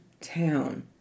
town